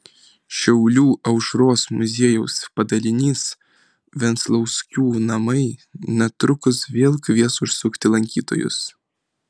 šiaulių aušros muziejaus padalinys venclauskių namai netrukus vėl kvies užsukti lankytojus